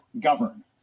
govern